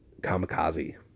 kamikaze